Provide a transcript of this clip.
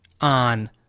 on